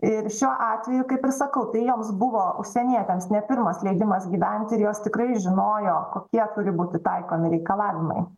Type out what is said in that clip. ir šiuo atveju kaip ir sakau tai joms buvo užsienietėms ne pirmas leidimas gyvent ir jos tikrai žinojo kokie turi būti taikomi reikalavimai